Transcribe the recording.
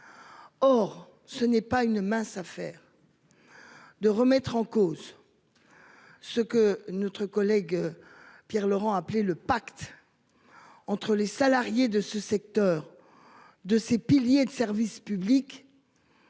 Or ce n'est pas une mince affaire. De remettre en cause. Ce que notre collègue. Pierre Laurent a appelé le pacte. Entre les salariés de ce secteur. De ses piliers de service public.